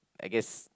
I guess